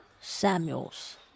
Samuels